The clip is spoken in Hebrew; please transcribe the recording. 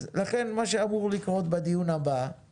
אז לכן מה שאמור לקרות בדיון הבא הוא